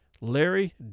Larry